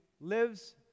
lives